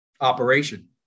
operation